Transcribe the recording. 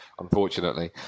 unfortunately